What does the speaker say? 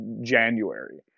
January